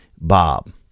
Bob